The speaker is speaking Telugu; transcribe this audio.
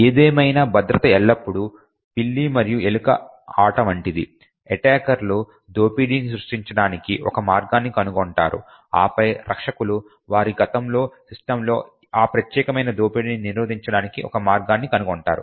ఏదేమైనా భద్రత ఎల్లప్పుడూ పిల్లి మరియు ఎలుక ఆట వంటిది ఎటాకర్లు దోపిడీని సృష్టించడానికి ఒక మార్గాన్ని కనుగొంటారు ఆపై రక్షకులు వారి గతంలో సిస్టమ్ లో ఆ ప్రత్యేక దోపిడీని నిరోధించడానికి ఒక మార్గాన్ని కనుగొంటారు